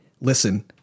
listen